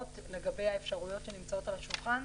לגבי האפשרויות שנמצאות על השולחן,